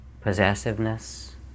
possessiveness